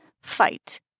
fight